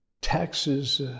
taxes